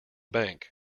bank